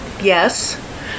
Yes